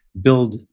build